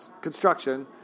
construction